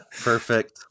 Perfect